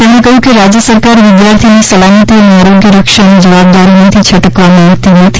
તેમણે કહ્યું કે રાજ્ય સરકાર વિદ્યાર્થીની સલામતિ અને આરોગ્યરક્ષાની જવાબદારીમાંથી છટકવા માંગતી નથી